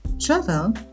Travel